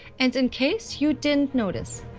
and in case you didn't notice,